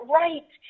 right